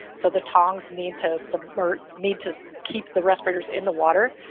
so the tongs need to so need to keep the respirators in the water.